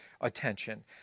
attention